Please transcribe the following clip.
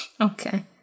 Okay